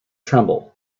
tremble